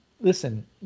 Listen